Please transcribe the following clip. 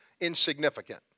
insignificant